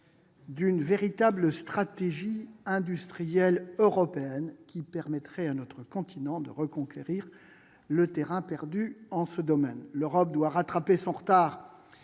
d'une véritable stratégie industrielle européenne qui permettrait à notre continent de reconquérir le terrain perdu dans ce domaine. L'Europe doit rattraper son retard